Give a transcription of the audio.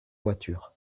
voiture